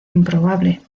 improbable